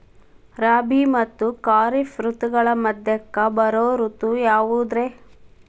ರಾಬಿ ಮತ್ತ ಖಾರಿಫ್ ಋತುಗಳ ಮಧ್ಯಕ್ಕ ಬರೋ ಋತು ಯಾವುದ್ರೇ?